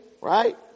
right